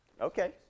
Okay